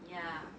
yeah